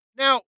Now